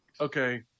okay